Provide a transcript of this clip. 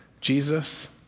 Jesus